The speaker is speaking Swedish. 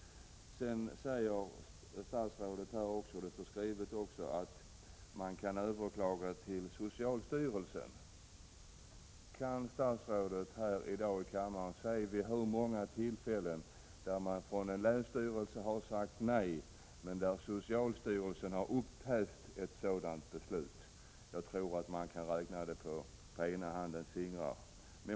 Statsrådet säger också att man kan överklaga till socialstyrelsen. Kan statsrådet här i dag i kammaren säga vid hur många tillfällen socialstyrelsen har upphävt ett beslut som länsstyrelsen fattat om indragning av tillstånd? Jag tror att man kan räkna de fallen på ena handens fingrar. Herr talman!